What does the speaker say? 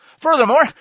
Furthermore